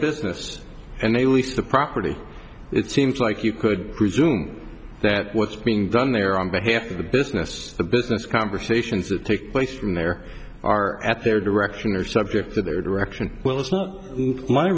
business and they lease the property it seems like you could presume that what's being done there on behalf of the business the business conversations that take place from there are at their direction or subject to their direction well it's not my